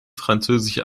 französisch